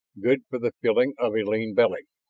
good for the filling of a lean belly!